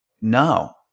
no